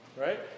right